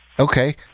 Okay